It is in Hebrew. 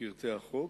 פרטי החוק,